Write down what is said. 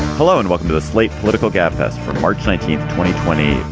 hello and welcome to the slate political gabfest for march nineteenth, twenty, twenty.